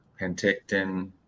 Penticton